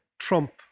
Trump